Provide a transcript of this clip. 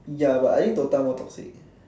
ya but I think DOTA more toxic leh